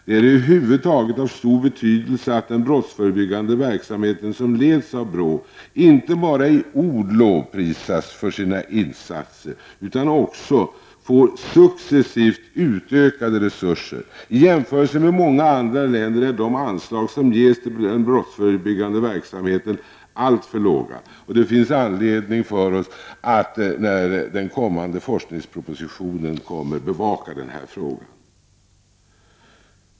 Det är över huvud taget av stor betydelse att den brottsförebyggande verksamhet som leds av BRÅ inte bara i ord lovprisas för sina insatser utan också får successivt utökade resurser. I jämförelse med många andra länder är de anslag som i Sverige ges till den brottsförebyggande verksamheten alltför låga. Det finns anledning för oss att i samband med den kommande forskningspolitiska propositionen bevaka denna fråga.